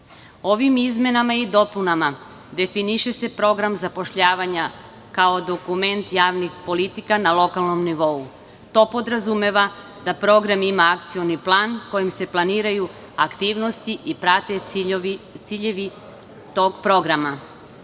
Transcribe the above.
izmenama i dopunama, definiše se program zapošljavanja kao dokument javnih politika na lokalnom nivou, a to podrazumeva da program ima akcioni plan kojim se planiraju aktivnosti i prate ciljevi tog programa. Jedinice